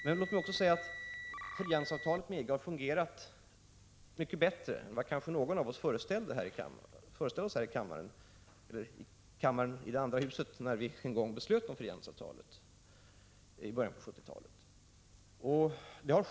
Men låt mig också säga att frihandelsavtalet med EG har fungerat mycket bättre än vad kanske någon av oss i kammaren i det andra riksdagshuset föreställde sig när vi en gång fattade beslut om frihandelsavtalet i början av 1970-talet.